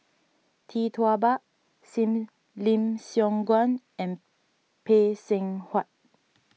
Tee Tua Ba Lim Siong Guan and Phay Seng Whatt